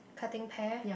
cutting pear